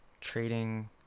trading